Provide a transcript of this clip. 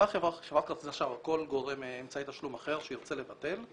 אותה חברת כרטיסי אשראי או כל גורם אמצעי תשלום אחר שירצה לבטל,